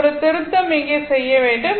ஒரு திருத்தம் இங்கே செய்ய வேண்டும்